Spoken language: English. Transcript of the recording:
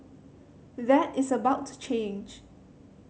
that is about to change